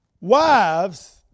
Wives